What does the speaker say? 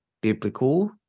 biblical